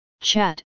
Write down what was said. chat